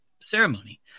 ceremony